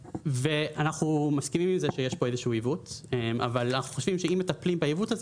אנחנו מסכימים שיש פה עיוות אבל חושבים שאם מטפלים בעיוות הזה